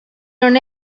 non